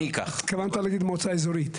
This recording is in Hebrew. התכוונת להגיד מועצה אזורית.